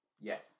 Yes